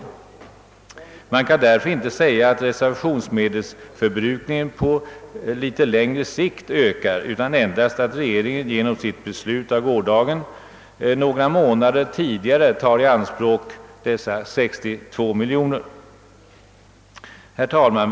Därför kan man inte säga att reservationsmedelsförbrukningen på litet längre sikt ökar, utan regeringen tar bara genom sitt beslut i går i anspråk dessa 62 miljoner kronor några månader tidigare.